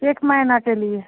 एक महीना के लिए